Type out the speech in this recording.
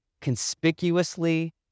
conspicuously